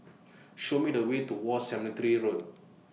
Show Me The Way to War Cemetery Road